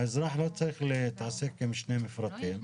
האזרח לא צריך להתעסק עם שני מפרטים.